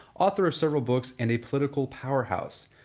author of several books and a political powerhouse.